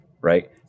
right